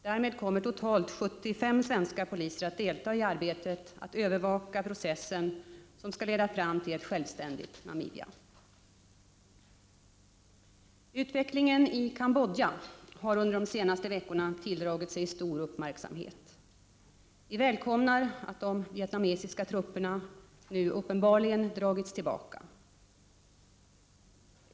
Därmed kommer totalt 75 svenska poliser att delta i arbetet att övervaka den process som skall leda fram till ett självständigt Namibia. Utvecklingen i Cambodja har under de senaste veckorna tilldragit sig stor uppmärksamhet. Vi välkomnar att de vietnamesiska trupperna nu uppenbarligen dragits tillbaka.